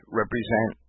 represent